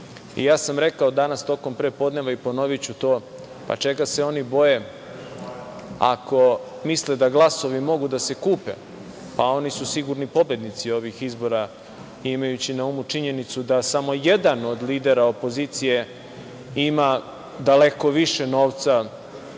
sam rekao danas tokom prepodneva i ponoviću to - čega se oni boje ako misle da glasovi mogu da se kupe, pa oni su sigurni pobednici ovih izbora, imajući na umu činjenicu da samo jedan od lidera opozicije ima daleko više novca